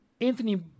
Anthony